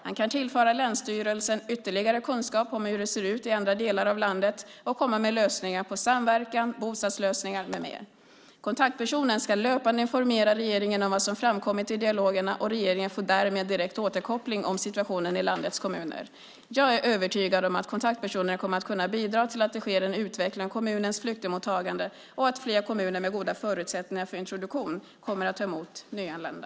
Han kan tillföra länsstyrelsen ytterligare kunskap om hur det ser ut i andra delar av landet och komma med lösningar på samverkan, bostadslösningar med mera. Kontaktpersonen ska löpande informera regeringen om vad som framkommit i dialogerna och regeringen får därmed direkt återkoppling om situationen i landets kommuner. Jag är övertygad om att kontaktpersonen kommer att kunna bidra till att det sker en utveckling av kommunernas flyktingmottagande och att fler kommuner med goda förutsättningar för introduktion kommer att ta emot nyanlända.